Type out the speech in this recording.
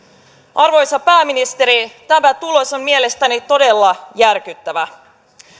arvoisa pääministeri tämä tulos on mielestäni todella järkyttävä